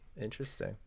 Interesting